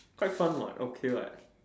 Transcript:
quite fun what okay what